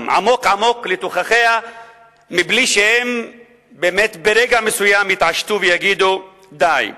עמוק עמוק לתוכה מבלי שהם באמת ברגע מסוים יתעשתו ויגידו די.